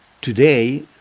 today